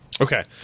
okay